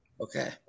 Okay